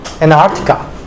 Antarctica